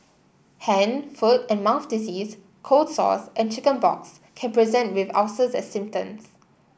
hand foot and mouth disease cold sores and chicken pox can present with ulcers as symptoms